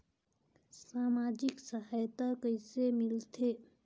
समाजिक सहायता कइसे मिलथे?